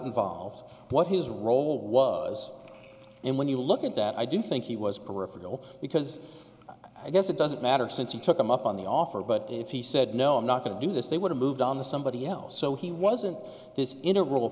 involved what his role was and when you look at that i do think he was peripheral because i guess it doesn't matter since he took them up on the offer but if he said no i'm not going to do this they would have moved on to somebody else so he wasn't